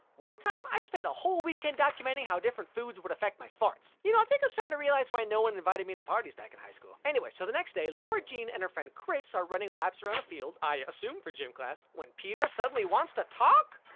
one time, i spent a whole weekend documenting how different foods would affect my farts. you know i think i'm starting so um to realize why no one invited me to parties back in high school. anyway, so the next day lara jean and her friend chris are running laps around the field, i assume for gym class, when peter suddenly wants to talk!